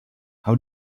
how